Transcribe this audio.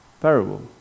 parable